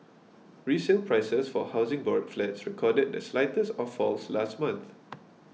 resale prices for Housing Board flats recorded the slightest of falls last month